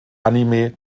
anime